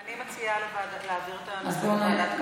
אני מציעה להעביר את הנושא לוועדת הכלכלה.